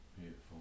beautiful